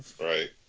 Right